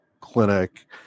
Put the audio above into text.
clinic